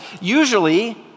usually